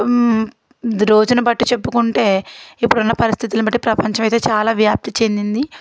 రోజును బట్టి చెప్పుకుంటే ఇప్పుడున్న పరిస్థితులు బట్టి ప్రపంచం అయితే చాలా వ్యాప్తి చెందింది